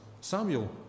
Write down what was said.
Samuel